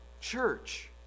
church